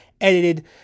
edited